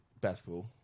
basketball